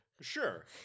Sure